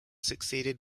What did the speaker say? succeeded